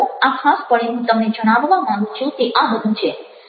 આ ખાસ પળે હું તમને જણાવવા માગું છું તે આ બધું છે